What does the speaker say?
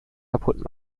kaputt